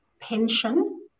pension